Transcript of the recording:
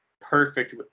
perfect